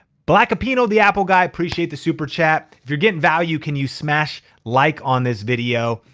black apenal the apple guy, appreciate the super chat. if you're getting value, can you smash like on this video.